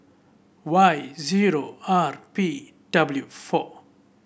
Y zero R P W four